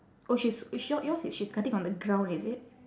oh she's sh~ your~ yours she's cutting on the ground is it